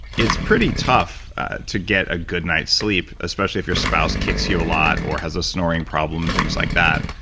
it's pretty tough to get a good night's sleep, especially if your spouse kicks you a lot or has a snoring problem, things like that.